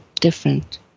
different